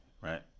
right